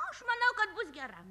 aš manau kad bus gera